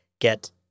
get